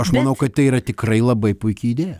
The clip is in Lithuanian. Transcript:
aš manau kad tai yra tikrai labai puiki idėja